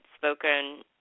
spoken